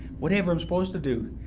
whatever i'm supposed to do.